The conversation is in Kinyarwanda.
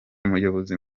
umuyobozi